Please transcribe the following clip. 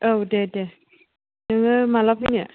औ दे दे नोंङो मालाफैनो